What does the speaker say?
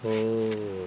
oh